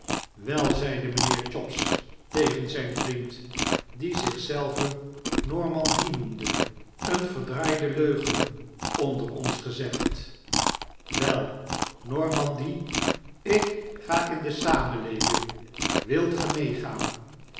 wel zeide mijnheer chops tegen zyn vriend die zich zelven normandy noemde een verd de leugen onder ons gezegd wel normandy ik ga in de samenleving wilt ge meegaan